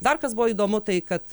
dar kas buvo įdomu tai kad